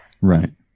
right